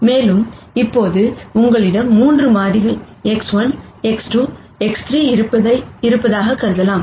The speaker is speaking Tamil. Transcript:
மேலும் இப்போது உங்களிடம் 3 மாறிகள் X1 X2 X3 இருப்பதாகக் கருதலாம்